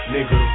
Nigga